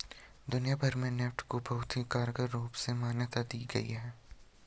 दुनिया भर में नेफ्ट को बहुत ही कारगर रूप में मान्यता दी गयी है